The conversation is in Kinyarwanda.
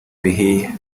bihiye